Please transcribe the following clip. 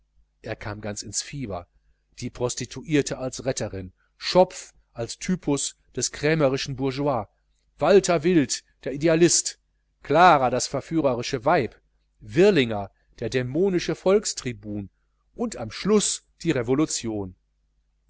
er kam ganz ins fieber die prostituierte als retterin schopf als typus des krämerischen bourgeois walter wild der idealist clara das verführerische weib wirlinger der dämonische volkstribun und am schluß die revolution